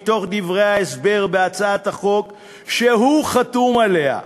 מתוך דברי ההסבר בהצעת החוק שהוא חתום עליה,